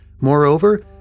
Moreover